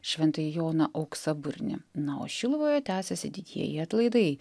šventąjį joną auksaburnį na o šiluvoje tęsiasi didieji atlaidai